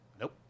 nope